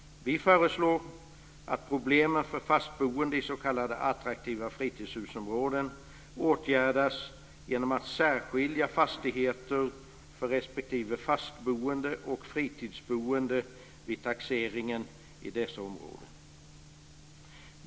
Vi föreslår att problemen för fastboende i s.k. attraktiva fritidshusområden åtgärdas genom att särskilja fastigheter för respektive fastboende och fritidsboende vid taxeringen i dessa områden.